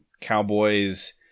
Cowboys